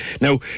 Now